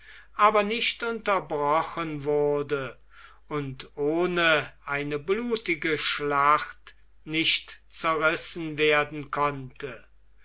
aber nicht unterbrochen wurde und ohne eine blutige schlacht nicht zerrissen werden konnte